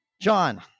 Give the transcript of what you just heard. John